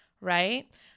right